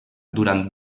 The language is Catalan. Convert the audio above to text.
durant